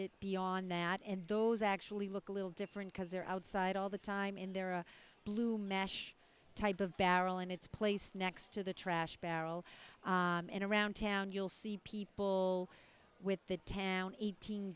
it beyond that and those actually look a little different because they're outside all the time and there are blue mesh type of barrel and it's placed next to the trash barrel and around town you'll see people with the town eighteen